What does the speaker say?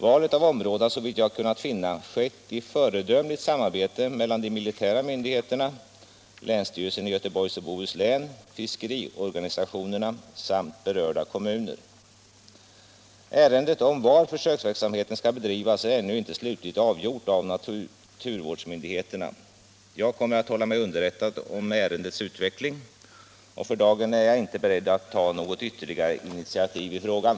Valet av område har, såvitt jag har kunnat finna, skett i föredömligt samarbete mellan de militära myndigheterna, länsstyrelsen i Göteborgs och Bohus län, fiskeriorganisationerna samt berörda kommuner. Ärendet om var försöksverksamheten skall bedrivas är ännu inte slutligt avgjort av naturvårdsmyndigheterna. Jag kommer att hålla mig underrättad om ärendets utveckling. För dagen är jag inte beredd att ta något ytterligare initiativ i frågan.